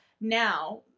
now